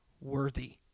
worthy